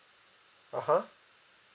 (uh huh)